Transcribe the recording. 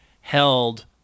held